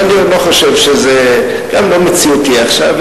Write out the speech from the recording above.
אבל אני חושב שזה גם לא מציאותי עכשיו,